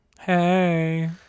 hey